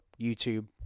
YouTube